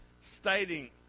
stating